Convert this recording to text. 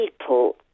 people